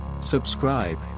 Subscribe